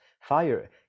Fire